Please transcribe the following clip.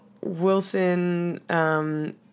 Wilson